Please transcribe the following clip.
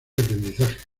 aprendizaje